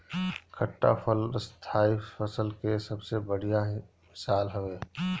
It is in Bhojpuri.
खट्टा फल स्थाई फसल के सबसे बढ़िया मिसाल हवे